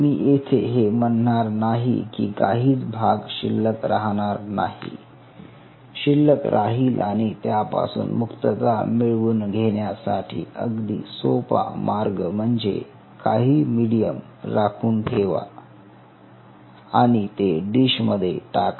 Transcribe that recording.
मी येथे हे म्हणणार नाही की काहीच भाग शिल्लक राहणार नाही शिल्लक राहील आणि त्यापासून मुक्तता मिळवून घेण्यासाठी अगदी सोपा मार्ग म्हणजे काही मिडीयम राखून ठेवा आणि ते डिशमध्ये टाका